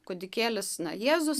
kūdikėlis jėzus